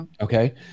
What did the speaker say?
Okay